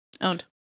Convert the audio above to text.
owned